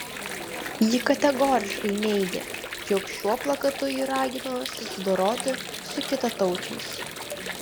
ji kategoriškai neigė jog šiuo plakatu ji ragino susidoroti su kitataučiais